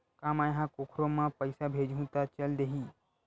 का मै ह कोखरो म पईसा भेजहु त चल देही?